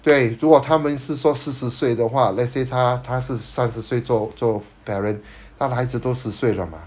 对如果他们是说四十岁的话 let's say 他他是三十岁作作 parent 他的孩子都十岁了 mah